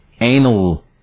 Anal